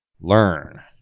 learn